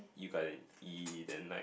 you got it E the night